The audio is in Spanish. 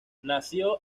nacido